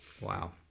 Wow